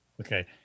Okay